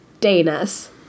Dana's